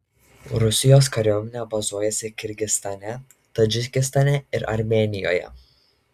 rusijos kariuomenė bazuojasi kirgizstane tadžikistane ir armėnijoje